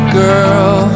girl